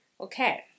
Okay